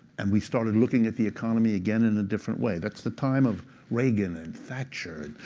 and we started looking at the economy again in a different way. that's the time of reagan and thatcher.